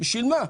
בשביל מה?